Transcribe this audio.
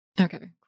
Okay